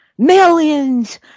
millions